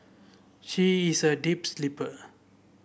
she is a deep sleeper